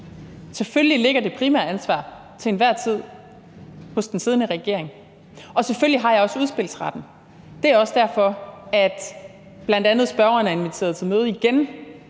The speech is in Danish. Selvfølgelig ligger det primære ansvar til enhver tid hos den siddende regering. Og selvfølgelig har jeg også udspilsretten. Det er også derfor, at bl.a. spørgeren er inviteret til møde igen